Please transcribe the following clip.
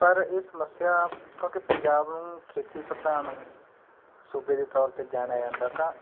ਪਰ ਇਹ ਸਮੱਸਿਆ ਕਿਉਂਕਿ ਪੰਜਾਬ ਨੂੰ ਖੇਤੀ ਪ੍ਰਧਾਨ ਸੂਬੇ ਦੇ ਤੌਰ 'ਤੇ ਜਾਣਿਆ ਜਾਂਦਾ ਤਾਂ